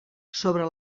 sobre